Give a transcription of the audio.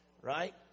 Right